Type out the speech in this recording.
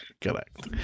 Correct